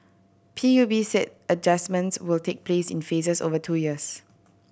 P U B said adjustments will take place in phases over two years